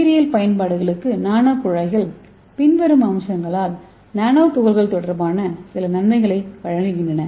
உயிரியல் பயன்பாடுகளுக்கு நானோகுழாய்கள் பின்வரும் அம்சங்களால் நானோ துகள்கள் தொடர்பான சில நன்மைகளை வழங்குகின்றன